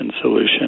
solution